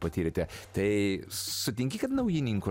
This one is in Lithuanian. patyrėte tai sutinki kad naujininkų